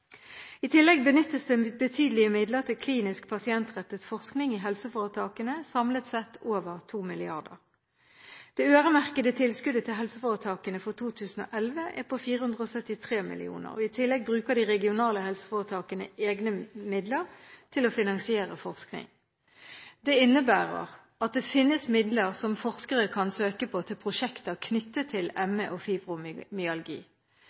I tillegg benyttes det betydelige midler til klinisk pasientrettet forskning i helseforetakene, samlet sett over 2 mrd. kr. Det øremerkede tilskuddet til helseforetakene for 2011 er på 473 mill. kr. I tillegg bruker de regionale helseforetakene egne midler til å finansiere forskning. Det innebærer at det finnes midler som forskere kan søke på til prosjekter knyttet til